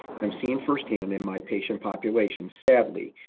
i'm seeing firsthand in my patient population, sadly,